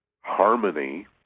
harmony